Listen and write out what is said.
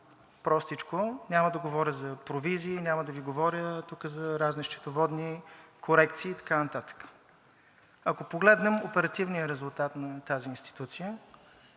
простичко, няма да говоря за провизии, няма да Ви говоря тук за разни счетоводни корекции и така нататък. Ако погледнем оперативния резултат на тази институция,